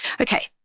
Okay